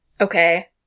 Okay